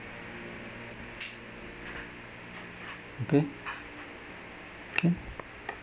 okay okay